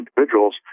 individuals